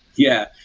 yeah.